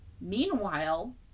Meanwhile